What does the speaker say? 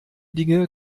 dinge